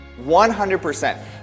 100%